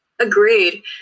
agreed